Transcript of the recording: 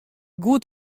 goed